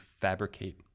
fabricate